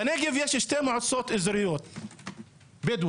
בנגב יש שתי מועצות אזוריות בדואיות: